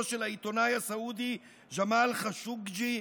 של העיתונאי הסעודי ג'מאל ח'אשוקג'י,